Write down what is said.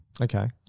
Okay